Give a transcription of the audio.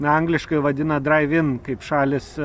na angliškai vadina drive in kaip šalys